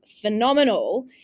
phenomenal